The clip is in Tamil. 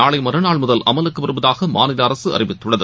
நாளைமறுநாள் முதல்அமலுக்குவருவதாகமாநிலஅரசுஅறிவித்துள்ளது